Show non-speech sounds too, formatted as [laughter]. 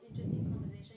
[breath]